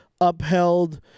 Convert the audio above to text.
upheld